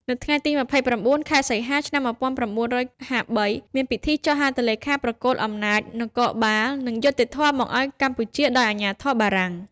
នៅថ្ងៃទី ២៩ ខែសីហា ឆ្នាំ ១៩៥៣ មានពិធីចុះហត្ថលេខាប្រគល់អំណាចនគរបាល និងយុត្តិធម៌មកឱ្យកម្ពុជាដោយអាជ្ញាធរបារាំង។